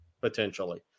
potentially